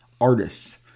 artists